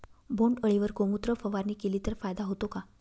बोंडअळीवर गोमूत्र फवारणी केली तर फायदा होतो का?